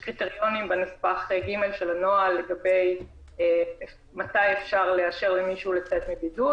יש קריטריונים בנוהל לגבי מתי אפשר לאשר ממישהו לצאת מבידוד,